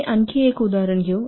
आम्ही आणखी एक उदाहरण पटकन घेऊ